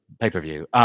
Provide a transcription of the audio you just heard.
pay-per-view